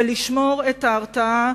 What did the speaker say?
ולשמור את ההרתעה,